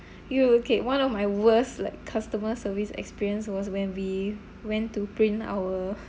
you will okay one of my worst like customer service experience was when we went to print our